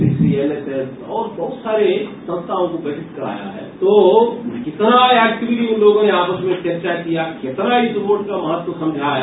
CLSS और बहुत सारे संस्थाओं को गठित कराया है तो इतना एक्टिविटी आपस में उन लोगों ने चर्चा किया इतना इस वोट का महत्व समझा है